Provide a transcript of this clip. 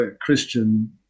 Christian